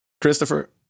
Christopher